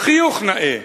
החיוך נאה.